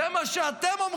אז אני אומר בכנות,